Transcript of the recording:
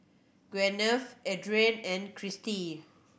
Gwyneth Adrianne and Cristi